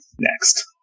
next